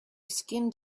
skinned